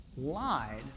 lied